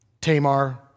Tamar